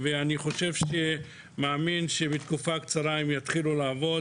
ואני מאמין שתוך תקופה קצרה הם יתחילו לעבוד